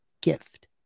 gift